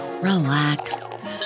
relax